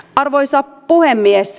arvoisa puhemies